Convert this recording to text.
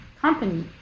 company